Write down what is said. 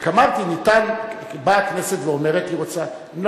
רק אמרתי, באה הכנסת ואומרת: היא רוצה.